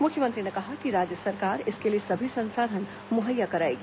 मुख्यमंत्री ने कहा कि राज्य सरकार इसके लिए सभी संसाधन मुहैया कराएगी